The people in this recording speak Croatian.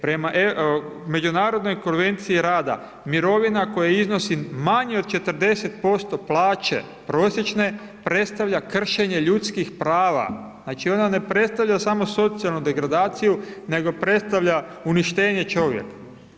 Prema međunarodnoj Konvenciji rada, mirovina koja iznosi manje od 40% plaće prosječne, predstavlja kršenje ljudskih prava, znači, ona ne predstavlja samo socijalnu degradaciju, nego predstavlja uništenje čovjeka.